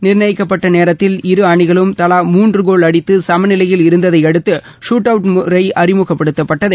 நிர்ணயிக்கப்பட்ட நேரத்தில் இரு அணிகளும் தலா மூன்று கோல் அடித்து சம நிலையில் இருந்ததை அடுத்து சூட் அவுட் அறிமுகப்படுத்தப்பட்டது